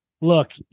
Look